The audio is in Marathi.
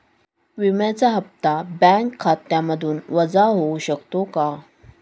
विम्याचा हप्ता बँक खात्यामधून वजा होऊ शकतो का?